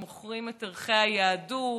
מוכרים את ערכי היהדות